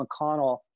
McConnell